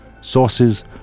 Sources